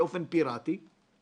בנושאי מערכות פדגוגיות של המזכירות